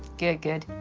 good good.